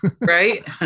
right